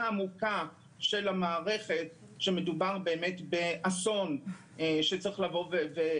עמוקה של המערכת שמדובר באסון שצריך ---.